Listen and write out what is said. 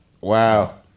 Wow